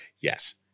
yes